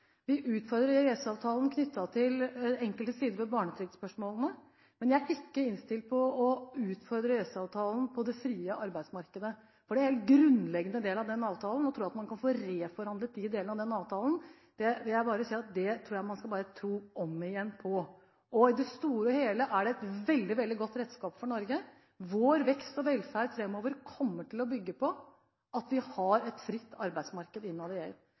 vi utfordrer EØS-avtalen knyttet til enkelte sider ved barnetrygdspørsmålene. Men jeg er ikke innstilt på å utfordre EØS-avtalen på det frie arbeidsmarkedet, for det er en helt grunnleggende del av avtalen. Når det gjelder å tro at man kan få reforhandlet de delene av avtalen, tror jeg man skal tro om igjen. I det store og hele er det et veldig godt redskap for Norge. Vår vekst og velferd framover kommer til å bygge på at vi har et fritt arbeidsmarked innad i EU.